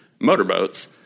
motorboats